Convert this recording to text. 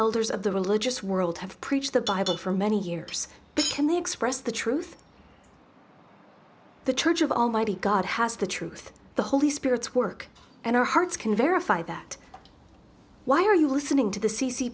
elders of the religious world have preached the bible for many years they express the truth the church of almighty god has the truth the holy spirit's work and our hearts can verify that why are you listening to the c c